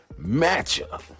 matchup